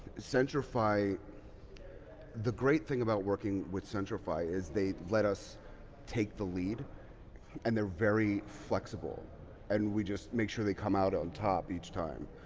the great thing about working with centrify is they let us take the lead and they're very flexible and we just make sure they come out on top each time.